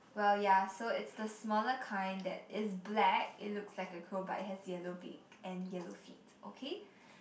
well yeah so it's the smaller kind that is black it looks like a crow but it has yellow beak and yellow feet okay